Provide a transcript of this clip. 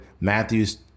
Matthew's